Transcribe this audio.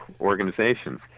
organizations